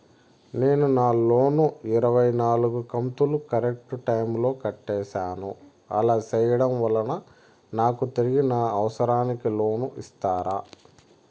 నేను నా లోను ఇరవై నాలుగు కంతులు కరెక్టు టైము లో కట్టేసాను, అలా సేయడం వలన నాకు తిరిగి నా అవసరానికి లోను ఇస్తారా?